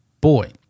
Boy